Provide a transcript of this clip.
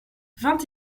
vingt